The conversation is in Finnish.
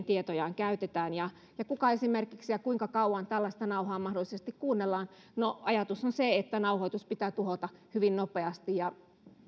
tietojaan käytetään ja kuka esimerkiksi ja kuinka kauan tällaista nauhaa mahdollisesti kuunnellaan no ajatus on se että nauhoitus pitää tuhota hyvin nopeasti ja